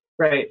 Right